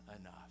enough